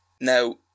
Now